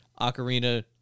Ocarina